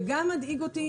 גם מדאיג אותי,